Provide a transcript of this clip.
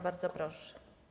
Bardzo proszę.